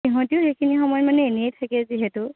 সিহঁতেও সেইখিনি সময় মানে এনেই থাকে যিহেতু